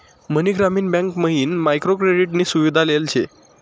मनी ग्रामीण बँक मयीन micro credit नी सुविधा लेल शे